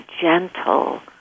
gentle